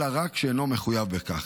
אלא רק שאינו מחויב בכך.